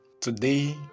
Today